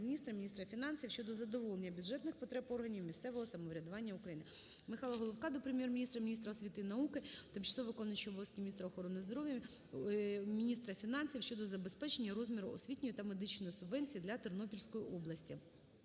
міністра фінансів щодо задоволення бюджетних потреб органів місцевого самоврядування України. Михайла Головка до Прем'єр-міністра, міністра освіти і науки, тимчасово виконуючої обов'язки міністра охорони здоров'я, міністра фінансів щодо збільшення розміру освітньої та медичної субвенцій для Тернопільської області.